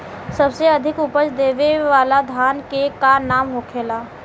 सबसे अधिक उपज देवे वाला धान के का नाम होखे ला?